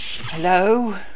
hello